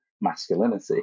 masculinity